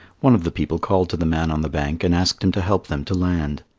one of the people called to the man on the bank and asked him to help them to land.